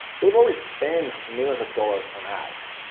they've already spent millions of dollars on ads.